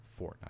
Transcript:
Fortnite